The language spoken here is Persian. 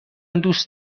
دوست